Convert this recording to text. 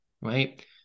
right